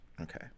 Okay